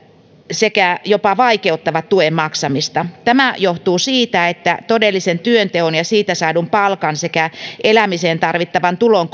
sekä jopa vaikeuttavat tuen maksamista tämä johtuu siitä että todellisen työnteon ja siitä saadun palkan sekä elämiseen tarvittavan tulon